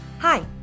Hi